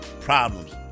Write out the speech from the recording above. problems